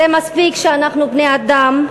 זה מספיק שאנחנו בני-אדם,